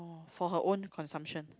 for her own consumption